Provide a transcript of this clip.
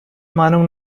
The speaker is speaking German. meinung